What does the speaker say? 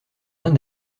l’un